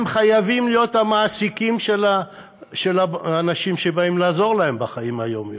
הם חייבים להיות המעסיקים של האנשים שבאים לעזור להם בחיים היומיומיים.